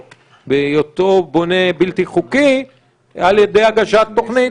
בהיותו בונה בלתי חוקי על ידי הגשת תוכנית?